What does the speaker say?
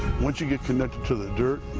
once you get connected to the dirt